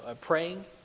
praying